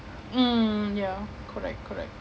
mm ya correct correct